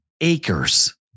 acres